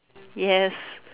yes